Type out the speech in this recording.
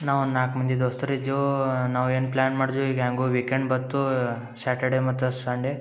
ನಾವು ಒಂದು ನಾಲ್ಕು ಮಂದಿ ದೋಸ್ತರು ಇದ್ದೇವು ನಾವೇನು ಪ್ಲ್ಯಾನ್ ಮಾಡ್ದ್ವಿ ಈಗ ಹೆಂಗೂ ವೀಕೆಂಡ್ ಬತ್ತು ಸ್ಯಾಟರ್ಡೇ ಮತ್ತು ಸಂಡೇ